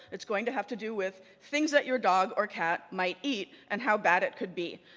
it's going to have to do with things that your dog or cat might eat and how bad it could be.